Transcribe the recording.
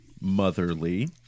motherly